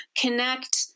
connect